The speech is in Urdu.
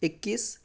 اکیس